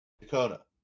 Dakota